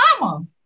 mama